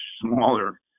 smaller